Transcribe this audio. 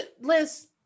Liz